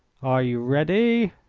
are you ready?